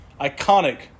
iconic